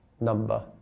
number